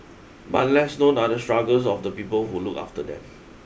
but less known are the struggles of the people who look after them